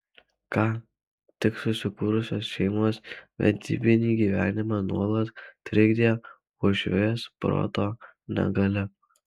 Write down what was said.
ką tik susikūrusios šeimos vedybinį gyvenimą nuolat trikdė uošvės proto negalia